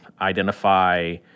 identify